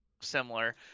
Similar